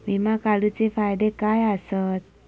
विमा काढूचे फायदे काय आसत?